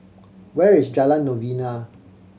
where is Jalan Novena